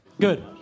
Good